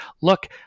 look